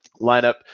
lineup